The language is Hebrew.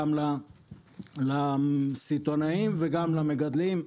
גם לסיטונאים וגם למגדלים,